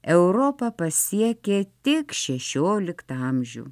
europą pasiekė tik šešioliktą amžių